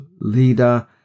leader